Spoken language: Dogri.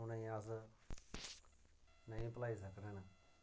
उ'नेंगी अस नेईं भलाई सकने न